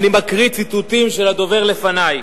אני מקריא ציטוטים של הדובר לפני: